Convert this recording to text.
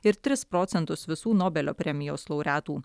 ir tris procentus visų nobelio premijos laureatų